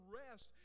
rest